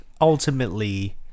ultimately